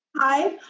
Hi